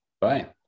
bye